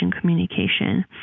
communication